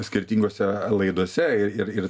skirtingose laidose ir ir